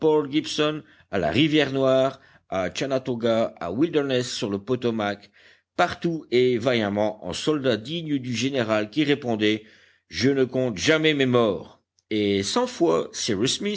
à la rivière noire à chattanoga à wilderness sur le potomak partout et vaillamment en soldat digne du général qui répondait je ne compte jamais mes morts et cent fois